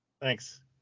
Thanks